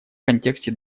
контексте